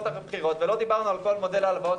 אחרי בחירות ולא דיברנו על כל מודל ההלוואות,